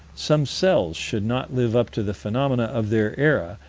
some cells should not live up to the phenomena of their era,